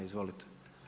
Izvolite.